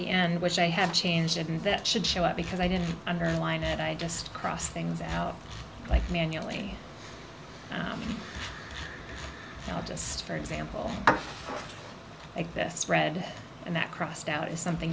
the end which i have changed and that should show up because i didn't underline and i just cross things out like manually you know just for example like this red and that crossed out is something